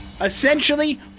essentially